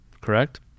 Correct